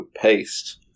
paste